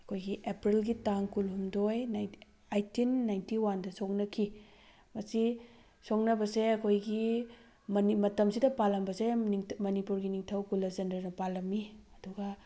ꯑꯩꯈꯣꯏꯒꯤ ꯑꯦꯄ꯭ꯔꯤꯜꯒꯤ ꯇꯥꯡ ꯀꯨꯟꯍꯨꯝꯗꯣꯏ ꯑꯩꯇꯤꯟ ꯅꯥꯏꯇꯤ ꯋꯥꯟꯗ ꯁꯣꯛꯅꯈꯤ ꯃꯁꯤ ꯁꯣꯛꯅꯕꯁꯦ ꯑꯩꯈꯣꯏꯒꯤ ꯃꯇꯝꯁꯤꯗ ꯄꯥꯜꯂꯝꯕꯁꯦ ꯃꯅꯤꯄꯨꯔꯒꯤ ꯅꯤꯡꯊꯧ ꯀꯨꯂꯆꯟꯗ꯭ꯔꯅ ꯄꯥꯂꯝꯃꯤ ꯑꯗꯨꯒ